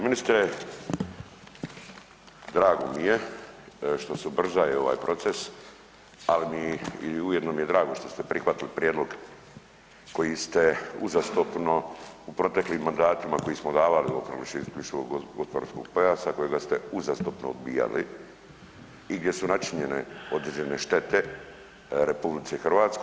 Ministre, drago mi je što se ubrzaje ovaj proces, ali mi, i ujedno mi je drago što ste prihvatili prijedlog kojim ste uzastopno u proteklim mandatima koji smo davali o proglašenju isključivog gospodarskog pojasa kojega ste uzastopno odbijali i gdje su načinjene određene štete RH.